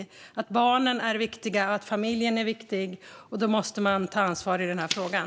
Man måste visa att barnen och familjen är viktiga. Därför måste man ta ansvar i frågan.